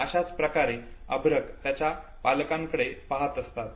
आता अशाच प्रकारे अर्भक त्यांच्या पालकांकडे पाहात असतात